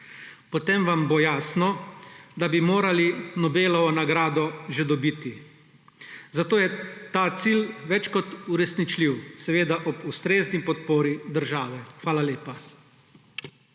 Potem vam bo jasno, da bi morali Nobelovo nagrado že dobiti. Zato je ta cilj več kot uresničljiv, seveda ob ustrezni podpori države. Hvala lepa.